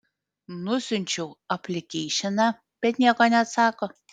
nusiunčiau aplikeišiną bet nieko neatsako